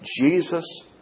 Jesus